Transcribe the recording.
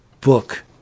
book